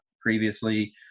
previously